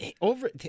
over